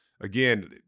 again